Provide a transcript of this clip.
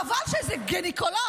חבל שזה גינקולוג.